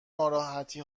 ناراحتی